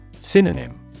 Synonym